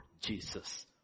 Jesus